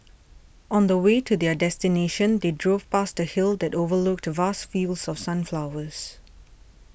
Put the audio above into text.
on the way to their destination they drove past a hill that overlooked vast fields of sunflowers